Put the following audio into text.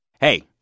hey